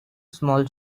small